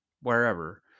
wherever